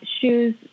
shoes